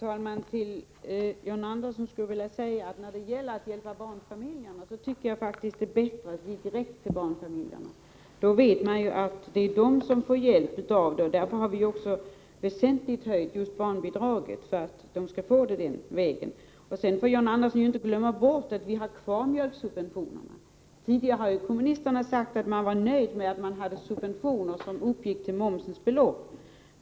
Herr talman! När det gäller att hjälpa barnfamiljerna, John Andersson, tycker jag faktiskt att det är bättre att ge ett direkt stöd till dem. Då vet vi att det är just barnfamiljerna som får glädje av det. Därför har vi också väsentligt höjt barnbidraget, för att barnfamiljerna den vägen skall få ett stöd. John Andersson får inte glömma bort att vi har kvar mjölksubventionerna. Tidigare har kommunisterna sagt att de är nöjda med subventioner som uppgår till momsens belopp.